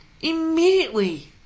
Immediately